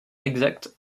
exacte